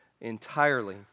entirely